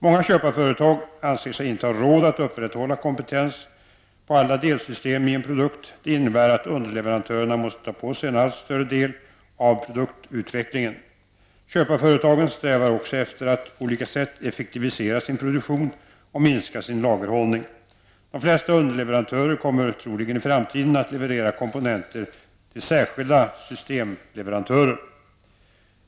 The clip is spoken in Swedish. Många köparföretag anser sig inte ha råd att upprätthålla kompetens på alla delsystem i en produkt. Det innebär att underleverantörerna måste ta på sig en allt större del av produktutvecklingen. Köparföretagen strävar också efter att på olika sätt effektivisera sin produktion och minska sin lagerhållning. De flesta underleverantörer kommer troligen i framtiden att leverera komponenter till särskilda systemleverantörer.